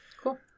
Cool